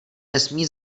nesmí